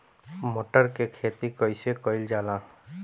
मटर के खेती कइसे कइल जाला?